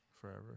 forever